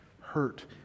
hurt